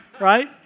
right